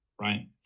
right